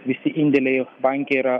visi indėliai banke yra